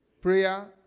Prayer